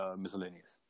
miscellaneous